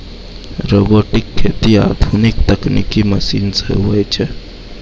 robotic खेती आधुनिक तकनिकी मशीन से हुवै छै